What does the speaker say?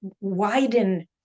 widen